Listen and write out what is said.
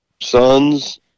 sons